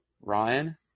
Ryan